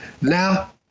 Now